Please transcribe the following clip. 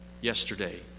yesterday